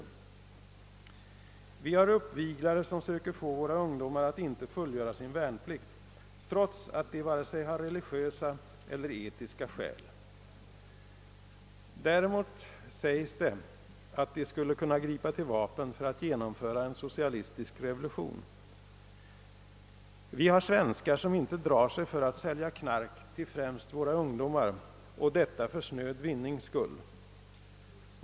Vi har uppviglare, som sö ker förmå våra ungdomar att inte fullgöra sin värnplikt, trots att dessa varken har religiösa eller etiska skäl att åberopa. Däremot sägs det att de skulle kunna gripa till vapen för att genomföra en socialistisk revolution. Vi har svenskar som inte drar sig för att sälja knark till främst ungdomar, och detta för snöd vinnings skull.